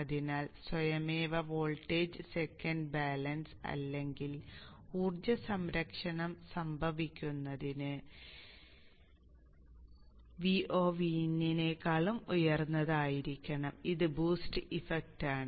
അതിനാൽ സ്വയമേവ volt second balance അല്ലെങ്കിൽ ഊർജ്ജ സംരക്ഷണം സംഭവിക്കുന്നതിന് Vo Vin നേക്കാൾ ഉയർന്നതായിരിക്കണം ഇത് ബൂസ്റ്റ് ഇഫക്റ്റാണ്